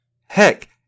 heck